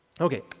Okay